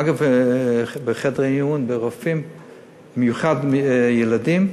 אגב, בחדרי מיון, במיוחד בילדים,